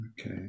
Okay